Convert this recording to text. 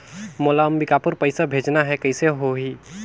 मोला अम्बिकापुर पइसा भेजना है, कइसे होही?